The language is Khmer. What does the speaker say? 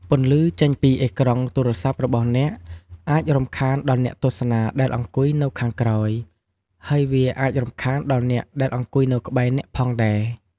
ពន្លឺចេញពីអេក្រង់ទូរស័ព្ទរបស់អ្នក អាច រំខានដល់អ្នកទស្សនាដែលអង្គុយនៅខាងក្រោយ ហើយវាអាចរំខានដល់អ្នកដែលអង្គុយនៅក្បែរអ្នកផងដែរ។